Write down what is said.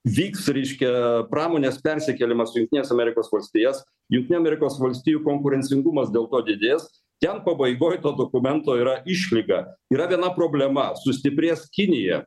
vyks reiškia pramonės persikėlimas į jungtinės amerikos valstijos jungtinių amerikos valstijų konkurencingumas dėl to didės ten pabaigoj to dokumento yra išlyga yra viena problema sustiprės kinija